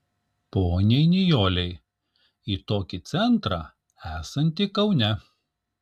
poniai nijolei į tokį centrą esantį kaune